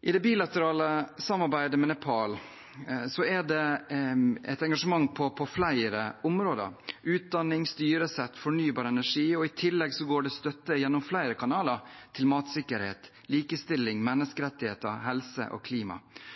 I det bilaterale samarbeidet med Nepal er det et engasjement på flere områder: utdanning, styresett og fornybar energi. I tillegg går det støtte gjennom flere kanaler til matsikkerhet, likestilling, menneskerettigheter, helse og klima.